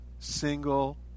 single